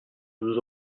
nous